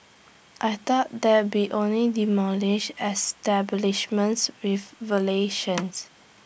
I thought they'll be only demolishing establishments with violations